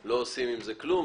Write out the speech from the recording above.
ולא עושים עם זה כלום,